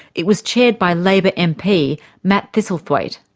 it was chaired by labor mp matt thistlethwaite.